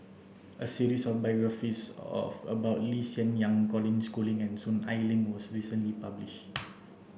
a series of biographies of about Lee Hsien Yang Colin Schooling and Soon Ai Ling was recently published